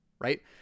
right